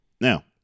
Now